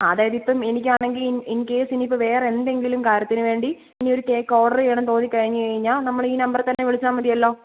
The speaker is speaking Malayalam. ആ അതായത് ഇപ്പം എനിക്ക് ആണെങ്കിൽ ഇൻ കേസ് ഇനിയിപ്പം വേറെ എന്തെങ്കിലും കാര്യത്തിന് വേണ്ടി ഇനിയൊരു കേക്ക് ഓർഡർ ചെയ്യണമെന്ന് തോന്നിക്കഴിഞ്ഞ് കഴിഞ്ഞാൽ നമ്മൾ ഈ നമ്പറിൽ തന്നെ വിളിച്ചാൽ മതിയല്ലോ